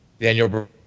Daniel